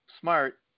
smart